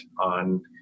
on